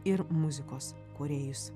ir muzikos kūrėjus